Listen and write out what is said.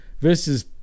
versus